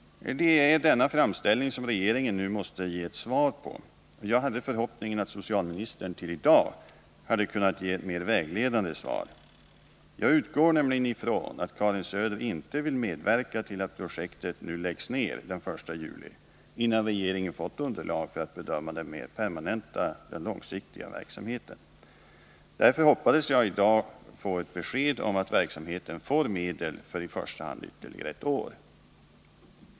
Det är denna framställning som regeringen nu måste ge ett svar på. Jag hade hoppats att socialministern till i dag skulle kunna ge ett mer vägledande svar. Jag utgår nämligen ifrån att Karin Söder inte vill medverka till att projektet läggs ned den 1 juli, innan regeringen fått underlag för att bedöma den mer långsiktiga verksamheten. Jag hade därför hoppats att i dag få ett besked om att verksamheten får medel för i första hand ytterligare ett år.